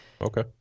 Okay